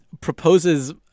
Proposes